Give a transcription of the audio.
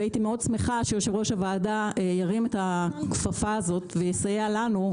והייתי מאוד שמחה שיושב ראש הוועדה ירים את הכפפה הזאת ויסייע לנו,